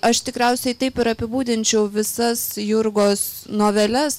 aš tikriausiai taip ir apibūdinčiau visas jurgos noveles